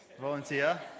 Volunteer